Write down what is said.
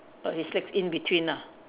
but his legs in between ah